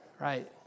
Right